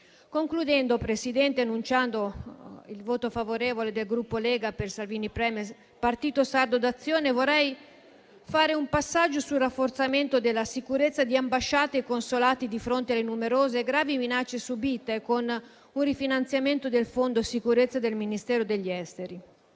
Concludendo, Presidente, annunciando il voto favorevole del Gruppo Lega-Salvini Premier-Partito Sardo d'Azione, vorrei fare un passaggio sul rafforzamento della sicurezza di ambasciate e consolati di fronte alle numerose e gravi minacce subite, con un rifinanziamento del fondo sicurezza del Ministero degli esteri.